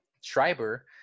Schreiber